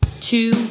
two